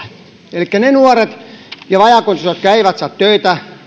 elikkä ne nuoret ja vajaakuntoiset jotka eivät saa töitä